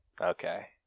Okay